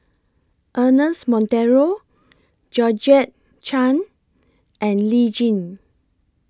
Ernest Monteiro Georgette Chen and Lee Tjin